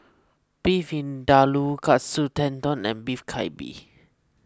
Beef Vindaloo Katsu Tendon and Beef Galbi